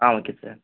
ah okay sir